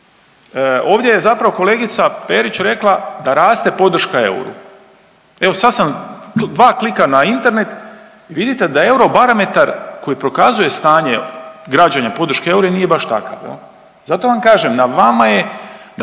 ovdje je zapravo kolegica Perić rekla da raste podrška euru. Evo sad sam dva klika na Internet i vidite da je Eurobarometar koji prokazuje stanje građana podrške euru nije baš takav. Zato vam kažem na vama je